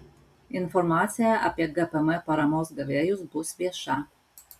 informacija apie gpm paramos gavėjus bus vieša